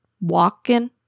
walking